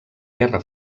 guerra